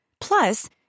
Plus